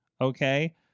Okay